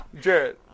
Jared